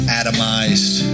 atomized